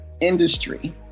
industry